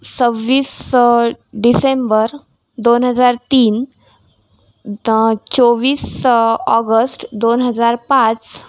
सव्वीस डिसेंबर दोन हजार तीन चोवीस ऑगस्ट दोन हजार पाच